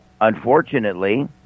Unfortunately